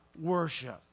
worship